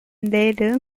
their